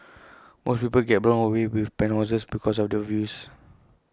most people get blown away with penthouses because of the views